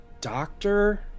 doctor